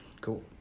Cool